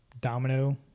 Domino